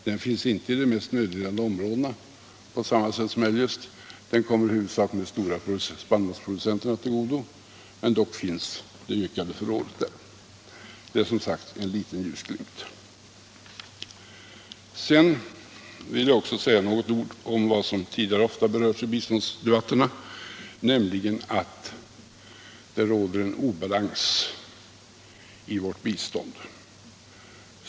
Den sker inte i de mest nödlidande områdena utan kommer huvudsakligen de stora spannmålsproducenterna till godo, men dock finns det ökade förrådet där. Det är som sagt en liten ljusglimt. Jag vill också säga några ord om en fråga som tidigare ofta berörts i biståndsdebatterna, nämligen att det råder en obalans i vårt bistånd.